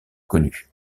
connue